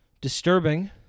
disturbing